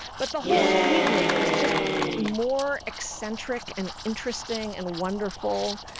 but the whole evening was just more eccentric and interesting and wonderful.